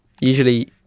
usually